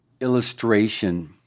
illustration